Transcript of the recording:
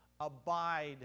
abide